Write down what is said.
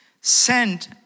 Send